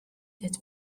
that